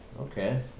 Okay